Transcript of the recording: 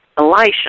Elisha